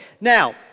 Now